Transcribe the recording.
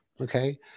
okay